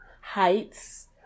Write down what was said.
Heights